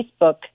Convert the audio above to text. Facebook